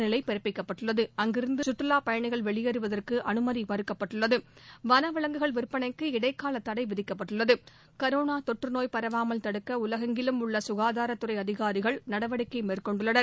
நிலை சுற்றுலாப்பயணிகள் வெளியேறுவதற்கு அனுமதி மறக்கப்பட்டுள்ளது வளவிலங்குகள் விற்பனைக்கு இடைக்கால தடை விதிக்கப்பட்டுள்ளது கரோனா தொற்றநோய் பரவாமல் தடுக்க உலகெங்கிலும் உள்ள சுகாதாரத்துறை அதிகாரிகள் நடவடிக்கை மேற்கொண்டுள்ளனர்